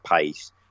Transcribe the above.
pace